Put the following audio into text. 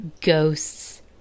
ghosts